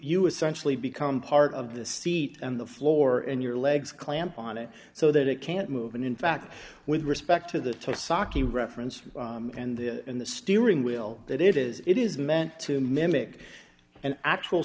you essentially become part of the seat and the floor and your legs clamp on it so that it can't move and in fact with respect to the saki reference and the steering wheel that it is it is meant to mimic an actual